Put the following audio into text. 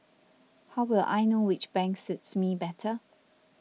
how will I know which bank suits me better